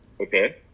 Okay